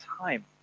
time